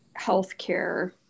healthcare